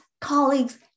colleagues